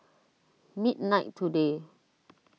midnight today